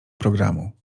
programu